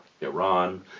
Iran